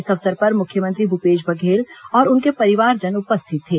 इस अवसर पर मुख्यमंत्री भूपेश बघेल और उनके परिवारजन उपस्थित थे